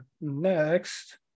Next